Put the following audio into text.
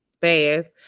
fast